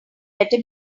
better